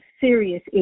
serious